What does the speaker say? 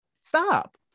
stop